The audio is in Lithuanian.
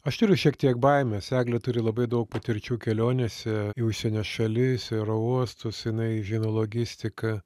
aš turiu šiek tiek baimės eglė turi labai daug patirčių kelionėse į užsienio šalis oro uostus jinai žino logistiką